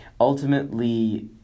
ultimately